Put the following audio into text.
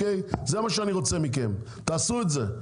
זה מה שאני רוצה מכם תעשו את זה,